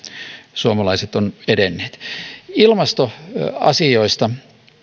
suomalaiset ovat edenneet ilmastoasioista